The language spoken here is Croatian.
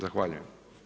Zahvaljujem.